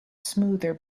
smoother